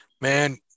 Man